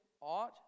aught